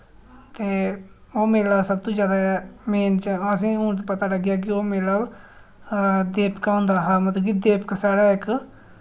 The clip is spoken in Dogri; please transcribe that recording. ते ओह् मेला सबतों जैदा मेन च असें हून पता लग्गेआ कि ओ मेला देवका होंदा हा मतलब कि देवका साढ़े इक